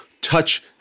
touch